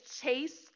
chase